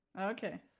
Okay